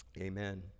Amen